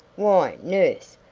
why, nurse,